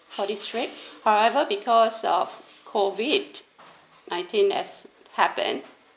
for this trip however because of COVID nineteen has happened